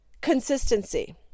Consistency